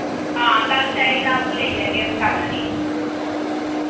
हां कल चाहिदा आप्पू लेई जागे अस कल आह्नियै